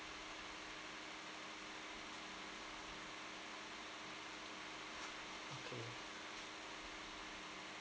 okay